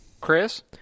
Chris